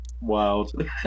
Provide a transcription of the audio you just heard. wild